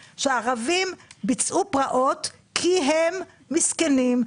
היא שהערבים ביצעו פרעות כי הם מסכנים,